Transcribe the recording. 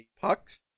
pucks